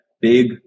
big